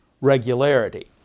regularity